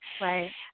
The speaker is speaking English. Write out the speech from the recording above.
right